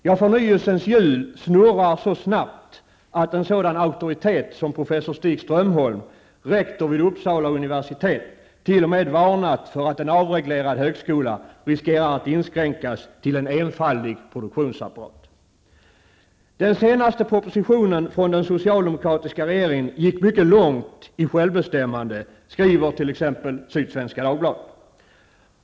Ja, förnyelsens hjul snurrar så snabbt att en sådan auktoritet som professor Stig varnat för att en avreglerad högskola riskerar att inskränkas till en enfaldig produktionsapparat. Den senaste propositionen från den socialdemokratiska regeringen gick mycket långt i självbestämmande, skriver t.ex. Sydsvenska Dagbladet.